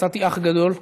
מצאתי אח גדול,